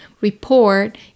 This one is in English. report